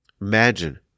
Imagine